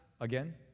again